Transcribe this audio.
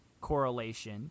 correlation